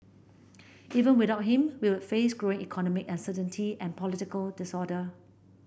even without him we would face growing economic uncertainty and political disorder